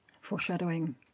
Foreshadowing